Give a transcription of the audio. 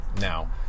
now